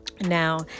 now